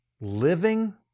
living